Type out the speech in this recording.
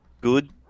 good